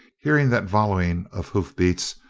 hearing that volleying of hoofbeats,